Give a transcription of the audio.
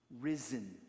risen